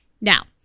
now